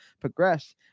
progress